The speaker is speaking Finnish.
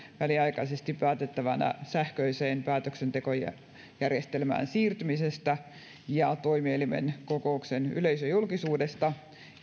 väliaikaisesti päätettävänä sähköiseen päätöksentekojärjestelmään siirtymisestä ja toimielimen kokouksen yleisöjulkisuudesta